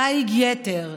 דיג יתר,